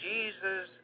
Jesus